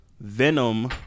Venom